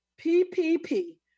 PPP